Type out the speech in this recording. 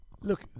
look